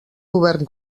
govern